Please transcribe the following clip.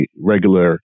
regular